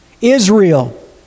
Israel